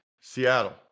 Seattle